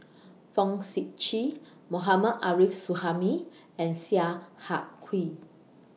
Fong Sip Chee Mohammad Arif Suhaimi and Sia